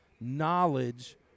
knowledge